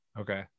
Okay